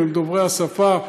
הם דוברי השפה,